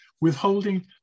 withholding